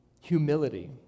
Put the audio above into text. Humility